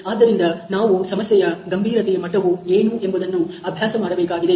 ಆದ್ದರಿಂದ ನಾವು ಸಮಸ್ಯೆ ಯ ಗಂಭೀರತೆಯ ಮಟ್ಟವು ಏನು ಎಂಬುದನ್ನು ಅಭ್ಯಾಸ ಮಾಡ ಬೇಕಾಗಿದೆ